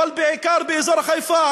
אבל בעיקר באזור חיפה,